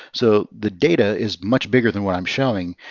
so the data is much bigger than what i'm showing.